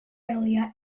earlier